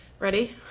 ready